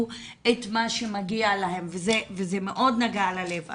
את מה שמגיע להם וזה מאוד נגע ללב.